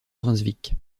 brunswick